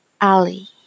Ali